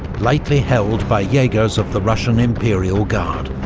lightly held by jaegers of the russian imperial guard.